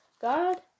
God